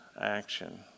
action